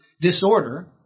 Disorder